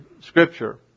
scripture